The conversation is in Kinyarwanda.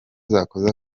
zakoze